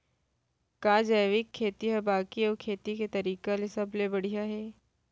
का जैविक खेती हा बाकी अऊ खेती के तरीका ले सबले बढ़िया हे?